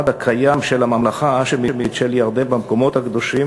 הקיים של הממלכה ההאשמית של ירדן במקומות הקדושים